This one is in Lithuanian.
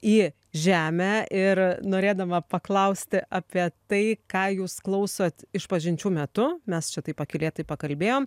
į žemę ir norėdama paklausti apie tai ką jūs klausot išpažinčių metu mes čia taip pakylėtai pakalbėjom